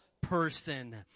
person